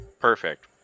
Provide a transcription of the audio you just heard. perfect